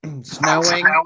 Snowing